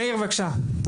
מאיר בבקשה.